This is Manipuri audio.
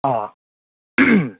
ꯑꯥ